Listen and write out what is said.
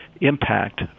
impact